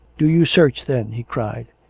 do you search, then! he cried.